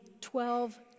twelve